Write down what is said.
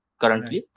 currently